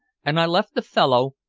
and i left the fellow,